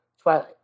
twilight